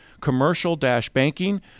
commercial-banking